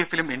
എഫിലും N